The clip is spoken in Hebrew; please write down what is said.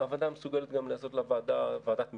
והוועדה מסוגלת גם לקיים ועדת משנה,